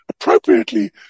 appropriately